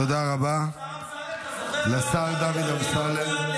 תודה רבה לשר דוד אמסלם.